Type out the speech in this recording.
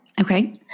Okay